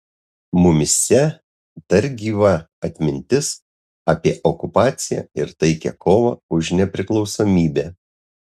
mumyse dar gyva atmintis apie okupaciją ir taikią kovą už nepriklausomybę